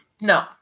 no